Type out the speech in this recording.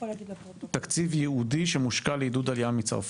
תקציב ייעודי שמושקע לעידוד עלייה מצרפת,